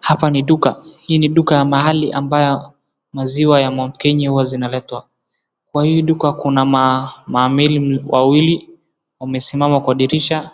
Hapa ni duka, hii ni duka ya mahali ambayo maziwa ya Mt.Kenya hua zinaletwa. Kwa hii duka kuna maamili wawili wamesimama kwa dirisha